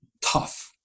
tough